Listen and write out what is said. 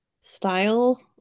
style